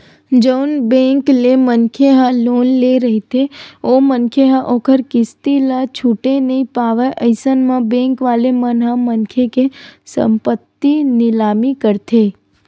जउन बेंक ले मनखे ह लोन ले रहिथे ओ मनखे ह ओखर किस्ती ल छूटे नइ पावय अइसन म बेंक वाले मन ह मनखे के संपत्ति निलामी करथे